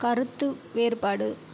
கருத்து வேறுபாடு